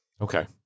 Okay